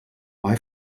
may